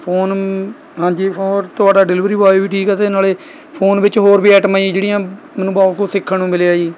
phone ਹਾਂਜੀ phone ਤੁਹਾਡਾ delivery boy ਵੀ ਠੀਕ ਹੈ ਅਤੇ ਨਾਲ਼ੇ ਫੋਨ ਵਿੱਚ ਹੋਰ ਵੀ ਆਈਟਮਾਂ ਏ ਜੀ ਜਿਹੜੀਆਂ ਮੈਨੂੰ ਬਹੁਤ ਕੁਛ ਸਿੱਖਣ ਨੂੰ ਮਿਲਿਆ ਜੀ